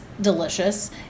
delicious